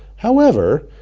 however,